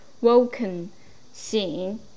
woken,醒